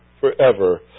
forever